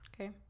Okay